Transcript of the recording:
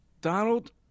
Donald